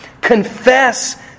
Confess